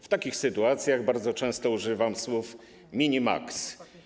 W takich sytuacjach bardzo często używam słów ˝mini˝, ˝maks˝